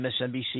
MSNBC